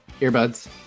Earbuds